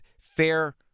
fair